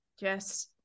yes